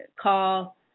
call